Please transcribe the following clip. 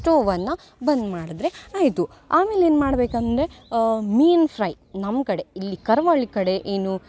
ಸ್ಟೌವನ್ನು ಬಂದ್ ಮಾಡಿದರೆ ಆಯಿತು ಆಮೇಲೆ ಏನು ಮಾಡ್ಬೇಕಂದರೆ ಮೀನು ಫ್ರೈ ನಮ್ಮ ಕಡೆ ಇಲ್ಲಿ ಕರಾವಳಿ ಕಡೆ ಏನು